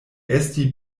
esti